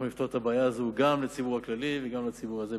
אנחנו נפתור את הבעיה הזאת גם לציבור הכללי וגם לציבור הזה,